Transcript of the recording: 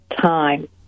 time